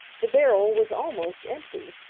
the barrel was almost empty,